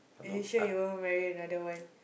are you sure you wouldn't marry another one